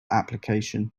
application